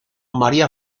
maría